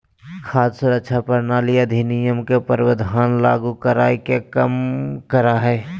खाद्य सुरक्षा प्रणाली अधिनियम के प्रावधान लागू कराय के कम करा हइ